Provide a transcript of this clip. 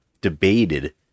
debated